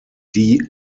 die